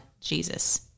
Jesus